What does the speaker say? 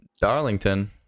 Darlington